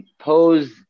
pose